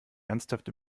ernsthaft